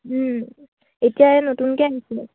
এতিয়া নতুনকে আহিছিলে